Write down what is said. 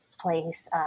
place